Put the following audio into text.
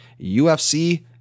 UFC